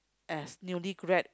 as newly grad